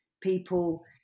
people